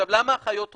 למה האחיות כותבות?